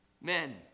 men